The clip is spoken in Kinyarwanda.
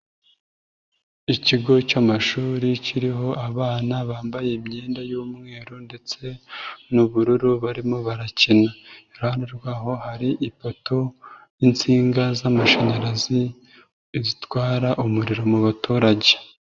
Ikigo cy'amashuri kiriho abana bambaye imyenda y'umweru ndetse n'ubururu barimo barakina, iruhande rwaho hari ipoto y'insinga z'amashanyarazi zitwara umuriro mu baturage.